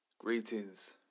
Greetings